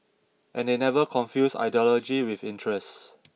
and they never confused ideology with interest